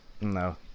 No